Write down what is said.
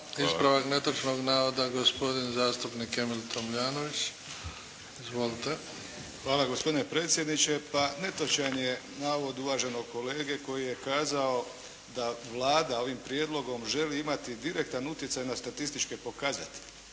Ispravak netočnog navoda gospodin zastupnik Emil Tomljanović. Izvolite. **Tomljanović, Emil (HDZ)** Hvala, gospodine predsjedniče. Netočan je navod uvaženog kolege koji je kazao da Vlada ovim prijedlogom želi imati direktan utjecaj na statističke pokazatelje.